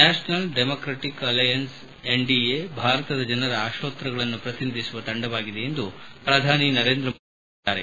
national democratic alliance NDA ಭಾರತದ ಜನರ ಆಶೋತ್ತರಗಳನ್ನು ಪ್ರತಿನಿಧಿಸುವ ತಂಡವಾಗಿದೆ ಎಂದು ಪ್ರಧಾನಿ ನರೇಂದ್ರ ಮೋದಿ ವರಿಸಿದ್ದಾರೆ